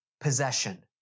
possession